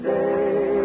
day